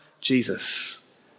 Jesus